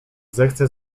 zechce